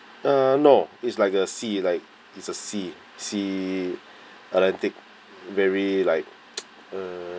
uh no it's like a sea like is a sea sea atlantic very like uh